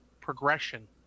progression